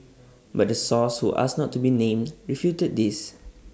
but the source who asked not to be named refuted this